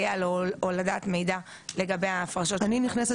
אני נכנסת באופן קבוע לאזור אישי.